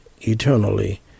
eternally